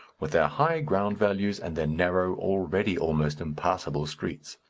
with their high ground values and their narrow, already almost impassable, streets.